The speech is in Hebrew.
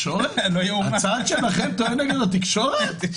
הצד שלכם טוען נגד התקשורת?